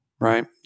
right